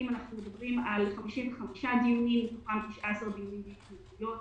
מדובר על 55 דיונים ו-19 דיונים בהתנגדויות.